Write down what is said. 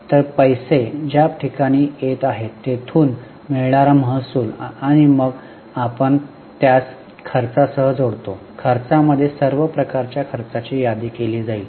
तर पैसे ज्या ठिकाणी येत आहेत तेथून मिळणारा महसूल आणि मग आपण त्यास खर्चासह जोडतो खर्चामध्ये सर्व प्रकारच्या खर्चाची यादी केली जाईल